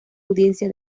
audiencia